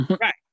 Right